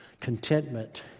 contentment